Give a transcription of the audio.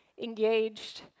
engaged